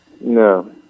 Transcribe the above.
No